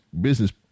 business